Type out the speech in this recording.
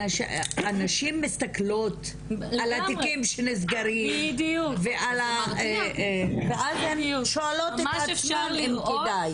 הנשים מסתכלות על התיקים שנסגרים ועל הן שואלות האם כדאי.